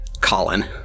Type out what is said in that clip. Colin